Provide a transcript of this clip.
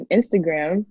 Instagram